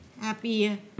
Happy